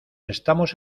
estamos